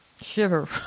shiver